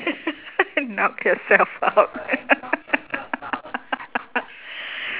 knock yourself out